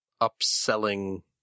upselling